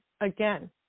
again